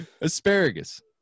Asparagus